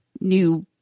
new